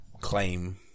claim